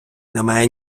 немає